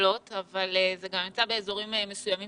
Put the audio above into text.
וזה גם נמצא במקומות מסוימים,